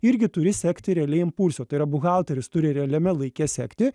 irgi turi sekti realiai impulsą tai yra buhalteris turi realiame laike sekti